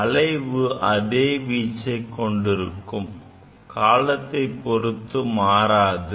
அலைவு அதே வீச்சைக்கொண்டிருக்கும் காலத்தைப் பொருத்து மாறாது